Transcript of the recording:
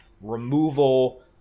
removal